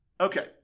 Okay